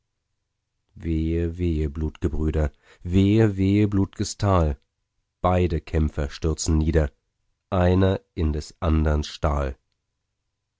wehe blutge brüder wehe wehe blutges tal beide kämpfer stürzen nieder einer in des andern stahl